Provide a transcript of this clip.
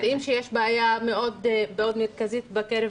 אנחנו יודעים שיש בעיה מאוד מרכזית בקרב